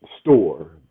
store